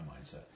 mindset